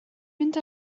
mynd